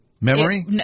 Memory